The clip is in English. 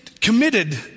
committed